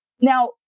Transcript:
Now